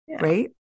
right